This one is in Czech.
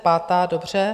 Pátá, dobře.